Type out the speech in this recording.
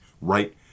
right